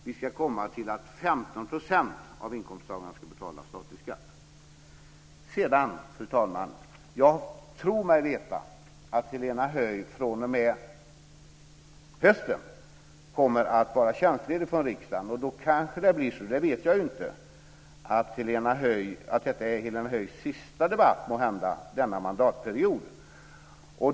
Vi ska komma till det läget att Fru talman! Jag tror mig veta att Helena Höij fr.o.m. hösten kommer att vara tjänstledig från riksdagen. Då kanske - jag vet inte - detta blir Helena Höijs sista debatt denna mandatperiod.